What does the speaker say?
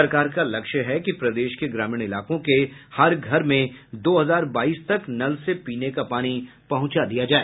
सरकार का लक्ष्य है कि प्रदेश के ग्रामीण इलाकों के हर घर में दो हजार बाईस तक नल से पीने का पानी पहुंचा दिया जाए